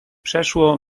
przeszło